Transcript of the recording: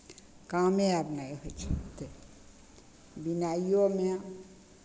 कामे आब नहि होइ छै ओतेक बिनाइयो नहि